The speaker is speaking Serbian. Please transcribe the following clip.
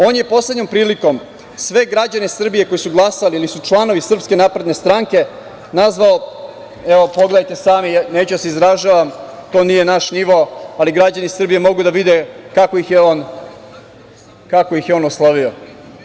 On je poslednjom prilikom sve građane Srbije koji su glasali ili su članovi SNS nazvao, evo, pogledajte sami, neću da se izražavam, to nije naš nivo, ali građani Srbije mogu da vide kako ih je on oslovio.